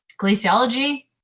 glaciology